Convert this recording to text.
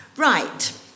Right